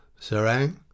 Sarang